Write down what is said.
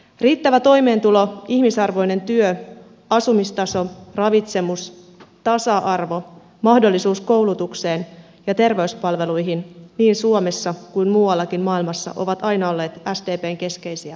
riittävä toimeentulo ihmisarvoinen työ asumistaso ravitsemus tasa arvo mahdollisuus koulutukseen ja terveyspalveluihin niin suomessa kuin muuallakin maailmassa ovat aina olleet sdpn keskeisiä tavoitteita